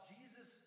Jesus